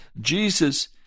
Jesus